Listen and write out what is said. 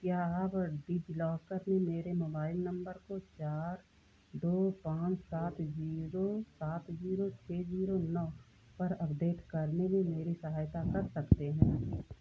क्या आप डिजिलॉकर में मेरे मोबाइल नंबर को चार दो पाँच सात जीरो सात जोरों छः जीरो नौ पर अपडेट करने में मेरी सहायता कर सकते हैं